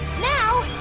now.